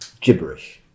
gibberish